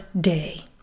day